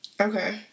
okay